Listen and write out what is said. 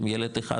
עם ילד אחד,